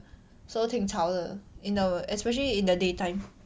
so 挺吵的 in our especially in the daytime